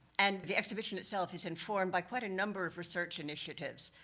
and the exhibition itself is informed by quite a number of research initiatives,